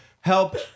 help